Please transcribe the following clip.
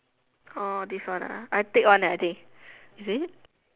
different I take one eh I think is it